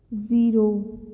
zero